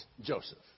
Joseph